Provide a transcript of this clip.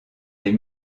des